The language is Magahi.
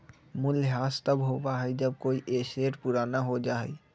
मूल्यह्रास तब होबा हई जब कोई एसेट पुराना हो जा हई